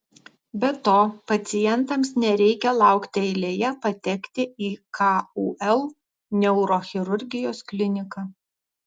be to pacientams nereikia laukti eilėje patekti į kul neurochirurgijos kliniką